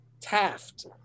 taft